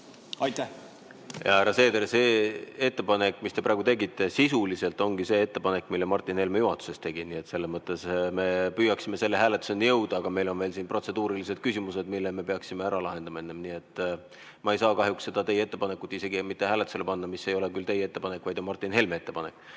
härra Seeder, see ettepanek, mis te praegu tegite, sisuliselt ongi see ettepanek, mille Martin Helme juhatuses tegi. Nii et selles mõttes me püüaksimegi selle hääletuseni jõuda, aga meil on siin veel protseduurilised küsimused, mille me peaksime enne ära lahendama. Nii et ma ei saa kahjuks seda teie ettepanekut isegi mitte hääletusele panna. See ei ole küll teie ettepanek, vaid on Martin Helme ettepanek.